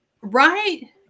right